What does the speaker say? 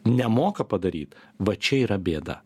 nemoka padaryt va čia yra bėda